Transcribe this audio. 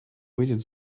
выйдет